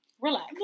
Relax